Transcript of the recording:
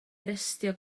arestio